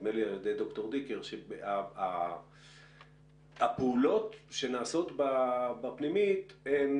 נדמה לי על ידי ד"ר דיקר הפעולות שנעשות בפנימית הן